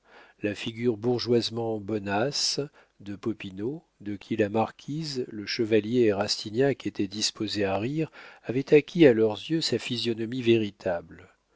la figure bourgeoisement bonasse de popinot de qui la marquise le chevalier et rastignac étaient disposés à rire avait acquis à leurs yeux sa physionomie véritable